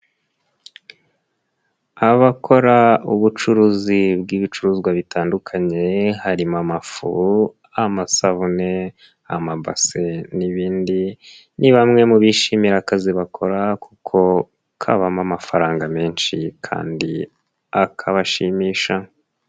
Abakora ubucuruzi bw'ibicuruzwa bitandukanye harimo amafu, amasabune, amabase n'ibindi ni bamwe mu bishimira akazi bakora kuko kabamo amafaranga menshi kandi akabashimisha.